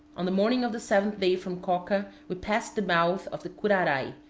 on the morning of the seventh day from coca we passed the mouth of the curaray,